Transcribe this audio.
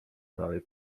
dalej